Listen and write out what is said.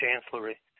chancellery